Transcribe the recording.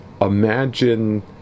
Imagine